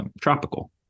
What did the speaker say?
tropical